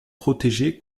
protégés